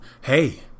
hey